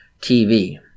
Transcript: TV